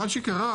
מה שקרה